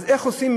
אז איך עושים,